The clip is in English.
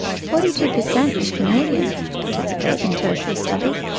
forty-two per cent of canadians participate in tertiary studies,